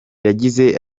yagize